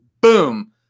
boom